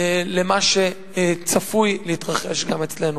למה שצפוי להתרחש גם אצלנו.